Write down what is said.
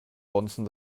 bonzen